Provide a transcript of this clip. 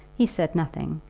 he said nothing,